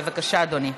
בבקשה, אדוני.